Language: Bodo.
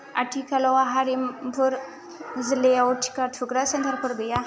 आथिखालाव हारिमपुर जिल्लायाव टिका थुग्रा सेन्टारफोर गैया